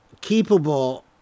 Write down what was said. capable